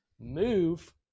Move